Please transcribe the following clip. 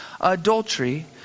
adultery